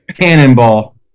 Cannonball